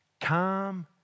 calm